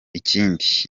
ikindi